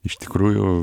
iš tikrųjų